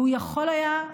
והוא יכול היה,